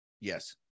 Yes